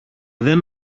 δεν